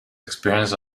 experience